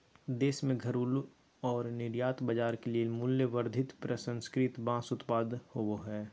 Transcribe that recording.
देश में घरेलू और निर्यात बाजार के लिए मूल्यवर्धित प्रसंस्कृत बांस उत्पाद होबो हइ